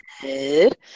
Good